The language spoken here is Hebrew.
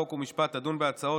חוק ומשפט תדון בהצעת